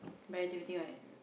by activity right